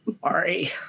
sorry